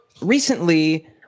recently